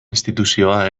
instituzioa